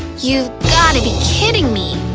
you've gotta be kidding me!